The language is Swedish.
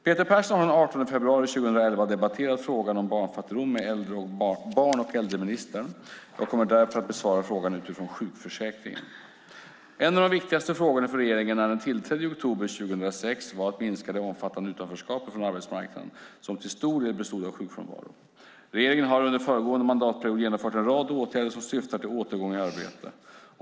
Peter Persson har den 18 februari 2011 debatterat frågan om barnfattigdom med barn och äldreministern. Jag kommer därför att besvara frågan utifrån sjukförsäkringen. En av de viktigaste frågorna för regeringen när den tillträdde i oktober 2006 var att minska det omfattande utanförskapet från arbetsmarknaden, som till stor del bestod av sjukfrånvaro. Regeringen har under föregående mandatperiod genomfört en rad åtgärder som syftar till återgång i arbete.